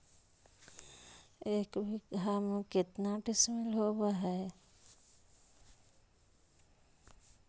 एक बीघा में केतना डिसिमिल होव हइ?